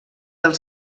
del